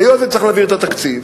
היות שצריך להעביר את התקציב,